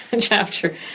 chapter